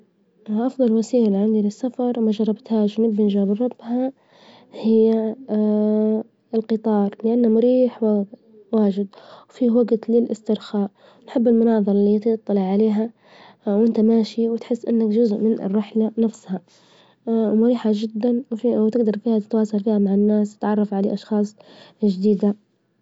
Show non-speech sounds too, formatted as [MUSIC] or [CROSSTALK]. أفظل وسيلة عندي للسفر ما جربتهاش من جبل بنجربها هي [HESITATION] الجطار لأنه مريح واجد، وفيه وجت للاسترخاء، نحب المناظرة إللي يطلع عليها وإنت ماشي، وتحس إنك جزء من الرحلة نفسها، [HESITATION] ومريحة جدا، وتقدر تتواصل فيها مع الناس تتعرف على أشخاص جديدة.